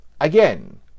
again